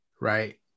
Right